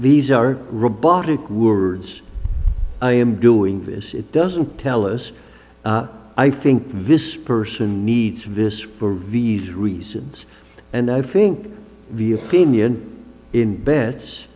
these are robotic words i am doing this it doesn't tell us i think this person needs this for the reasons and i think the opinion in